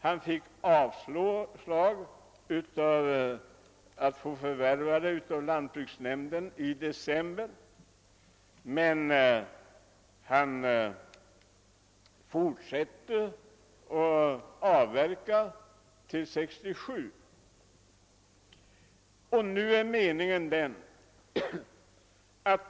Han fick i december samma år avslag på en framställning till lantbruksnämnden om att få förvärva området. Han fortsatte emellertid med sin avverkning fram till 1967.